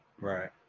Right